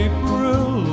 April